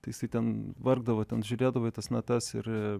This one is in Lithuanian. tai jisai ten vargdavo ten žiūrėdavo į tas natas ir